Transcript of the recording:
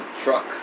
truck